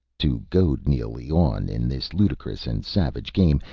to goad neely on in this ludicrous and savage game,